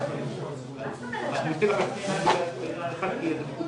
כדי שתהיה עלימה.